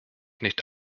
nicht